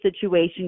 situation